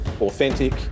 authentic